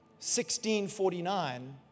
1649